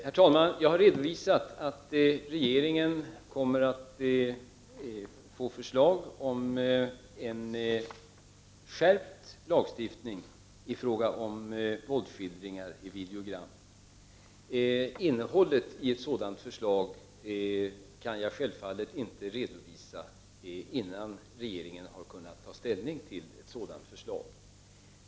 Herr talman! Jag har redovisat att regeringen kommer att få förslag om en skärpt lagstiftning i fråga om våldsskildringar i videogram. Innehållet i ett sådant förslag kan jag självfallet inte redovisa, innan regeringen har kunnat ta ställning till det.